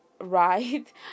right